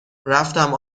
رفتم